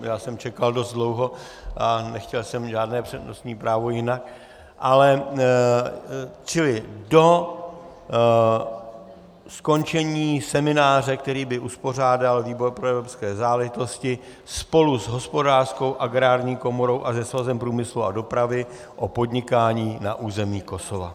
Já jsem čekal dost dlouho a nechtěl jsem žádné přednostní právo jinak, ale čili do skončení semináře, který by uspořádal výbor pro evropské záležitosti spolu s Hospodářskou a Agrární komorou a se Svazem průmyslu a dopravy o podnikání na území Kosova.